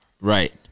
Right